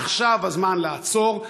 עכשיו הזמן לעצור,